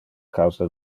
causa